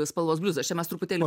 spalvos bliuzas čia mes truputėlį